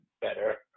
better